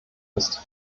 ist